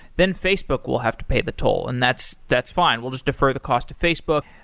then facebook will have to pay the toll, and that's that's fine. we'll just defer the cost to facebook.